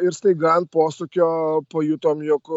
ir staiga ant posūkio pajutom jog